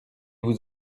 vous